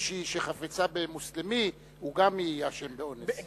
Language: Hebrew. למישהי שחפצה במוסלמי, הוא גם יהיה אשם באונס.